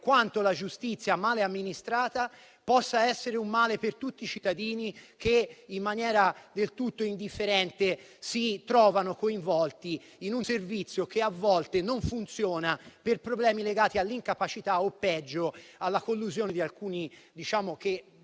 quanto la giustizia male amministrata possa essere un male per tutti i cittadini che, in maniera del tutto indifferente, si trovano coinvolti in un servizio che a volte non funziona per problemi legati all'incapacità o, peggio, alla collusione di alcuni che